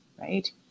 right